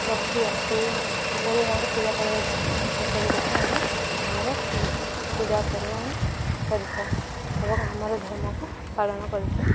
ପ୍ରକ୍ରିୟା କେହି କିପରି ଭାବରେ ପୂଜା କରାଯାଉଛି ସେସବୁ ରଖି ଆମେ ଆମର ପୂଜାପର୍ବାଣୀ ଆଣି କରିଥାଉ ଏବଂ ଆମର ଧର୍ମକୁ ପାଳନ କରିଥାଉ